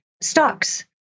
stocks